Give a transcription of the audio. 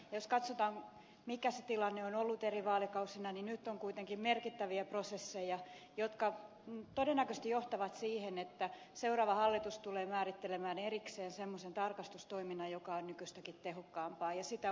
jos katsotaan mikä se tilanne on ollut eri vaalikausina niin nyt on kuitenkin merkittäviä prosesseja jotka todennäköisesti johtavat siihen että seuraava hallitus tulee määrittelemään erikseen semmoisen tarkastustoiminnan joka on nykyistäkin tehokkaampaa ja sitä oikeusministeriö ajaa